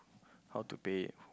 how to pay